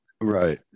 Right